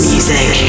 Music